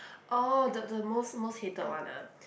orh the the most most hated one ah